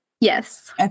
Yes